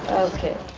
okay.